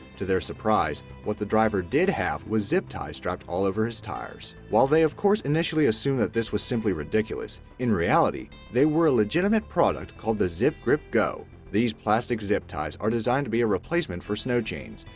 to their surprise, what the driver did have was zipties strapped all over his tires. while they of course initially assumed that this was simply ridiculous, in reality they were a legitimate product called the zipgripgo. these plastic zip ties are designed to be a replacement for snow chains,